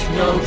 no